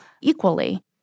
equally